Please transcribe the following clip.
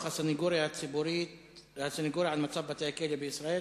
728 ו-843 בנושא: דוח הסניגוריה על מצב בתי-הכלא בישראל.